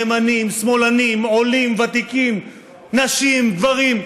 ימנים, שמאלנים, עולים, ותיקים, נשים, גברים.